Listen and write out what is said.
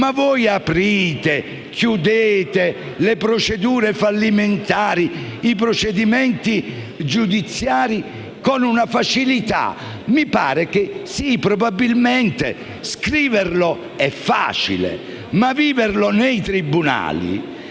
voi aprite e chiudete le procedure fallimentari e i procedimenti giudiziari con una certa facilità. Probabilmente scriverlo è facile, ma viverlo nei tribunali